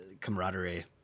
camaraderie